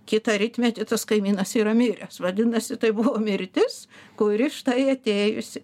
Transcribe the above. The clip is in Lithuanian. kitą rytmetį tas kaimynas yra miręs vadinasi tai buvo mirtis kuri štai atėjusi